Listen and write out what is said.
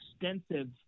extensive